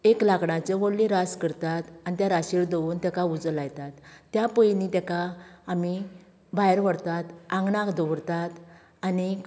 एक लांकडाचे व्हडली रास करतात आनी त्या राशीर दवरून ताका उजो लायतात त्या पयलीं ताका आमी भायर व्हरतात आंगणांक दवरतात आनीक